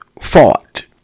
fought